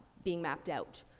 being mapped out,